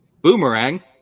boomerang